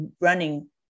running